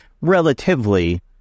relatively